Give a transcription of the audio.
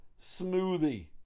smoothie